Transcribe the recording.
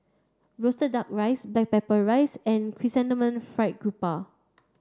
roasted duck rice black pepper rice and chrysanthemum fried Garoupa